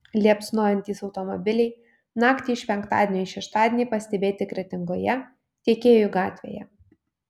liepsnojantys automobiliai naktį iš penktadienio į šeštadienį pastebėti kretingoje tiekėjų gatvėje